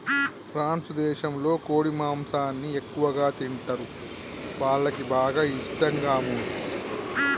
France దేశంలో కోడి మాంసాన్ని ఎక్కువగా తింటరు, వాళ్లకి బాగా ఇష్టం గామోసు